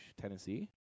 tennessee